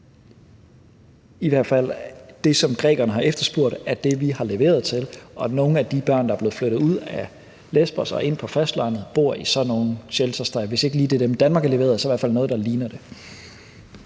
i hvert fald er det, som grækerne har efterspurgt, det, vi har leveret. Og nogle af de børn, der er blevet flyttet væk fra Lesbos og ind på fastlandet, bor i sådan nogle shelters. Hvis ikke det lige er dem, Danmark har leveret, så er det i hvert fald nogle, der ligner dem.